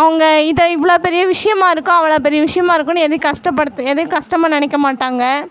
அவங்க இதை இவ்வளோ பெரிய விஷயமா இருக்கும் அவ்வளோ பெரிய விஷயமா இருக்குதுன்னு எதையும் கஷ்டப்படுத்து எதையும் கஷ்டமாக நினைக்கமாட்டாங்க